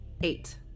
Eight